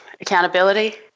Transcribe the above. accountability